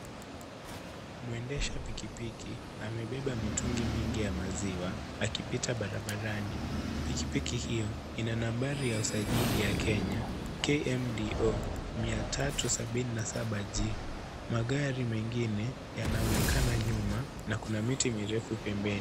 Mwendesha pikipiki amebeba mitungi mingi ya maziwa akipiata barabarani. Pikipiki hio ina nambari ya usjili ya kenya KMDO 377G. Magari mengine yanaonekana nyuma na kuna miti mirefu pembeni.